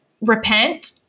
repent